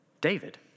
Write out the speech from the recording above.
David